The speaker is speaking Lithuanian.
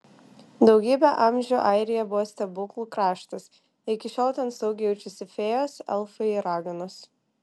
daugybę amžių airija buvo stebuklų kraštas iki šiol ten saugiai jaučiasi fėjos elfai ir raganos